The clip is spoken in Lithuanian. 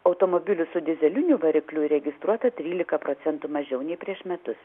automobilių su dyzeliniu varikliu įregistruota trylika procentų mažiau nei prieš metus